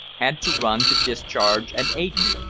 had to run to discharge at aden.